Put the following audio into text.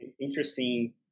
interesting